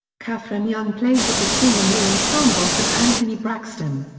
katherine young plays the bassoon in the ensembles of anthony braxton.